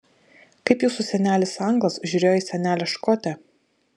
kaip jūsų senelis anglas žiūrėjo į senelę škotę